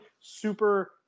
super